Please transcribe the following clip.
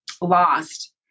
lost